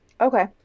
Okay